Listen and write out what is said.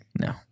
No